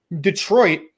Detroit